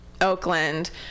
Oakland